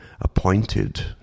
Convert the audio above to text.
appointed